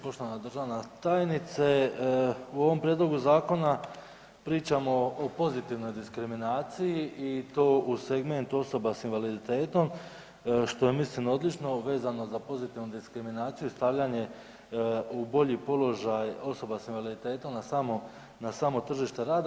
Poštovana državna tajnice u ovom prijedlogu zakona pričamo o pozitivnoj diskriminaciji i to u segmentu osoba s invaliditetom što je mislim odlično vezano za pozitivnu diskriminaciju i stavljanje u bolji položaj osoba sa invaliditetom na samo, na samo tržište rada.